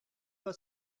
pas